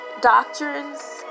doctrines